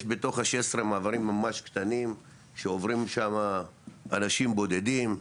יש בתוך ה-16 מעברים ממש קטנים שעוברים שם אנשים בודדים,